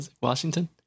Washington